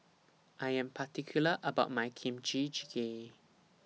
I Am particular about My Kimchi Jjigae